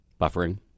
Buffering